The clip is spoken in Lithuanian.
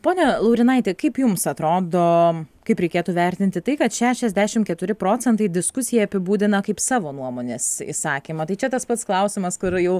pone laurinaiti kaip jums atrodo kaip reikėtų vertinti tai kad šešiasdešim keturi procentai diskusiją apibūdina kaip savo nuomonės išsakymą tai čia tas pats klausimas kur jau